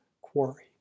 quarry